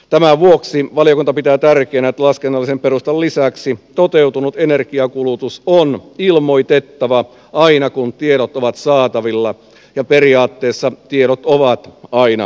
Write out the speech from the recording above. tämän vuoksi valiokunta pitää tärkeänä että laskennallisen perustan lisäksi toteutunut energiankulutus on ilmoitettava aina kun tiedot ovat saatavilla ja periaatteessa tiedot ovat aina saatavilla